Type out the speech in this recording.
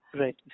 Right